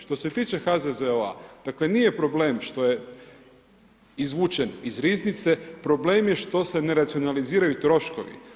Što se tiče HZZO-a dakle nije problem što je izvučen iz riznice, problem je što se ne racionaliziraju troškovi.